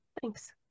Thanks